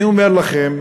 אני אומר לכם